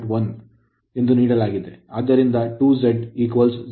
1 ನೀಡಲಾಗಿದೆ ಆದ್ದರಿಂದ 2 ಝಡ್ 0